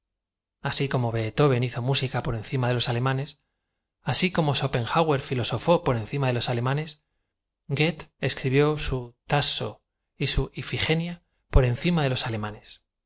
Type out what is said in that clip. si como beethoven hizo msica por encim a de los alemanes aai como schopenhauer filosofó por encima de los alemanes goethe escribió a iío y su ifigenia por eocim a de los alemanes